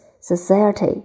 society